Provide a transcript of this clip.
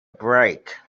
break